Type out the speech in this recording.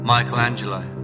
Michelangelo